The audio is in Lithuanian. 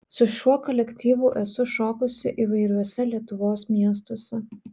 su šiuo kolektyvu esu šokusi įvairiuose lietuvos miestuose